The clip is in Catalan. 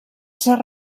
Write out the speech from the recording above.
ser